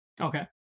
okay